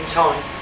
time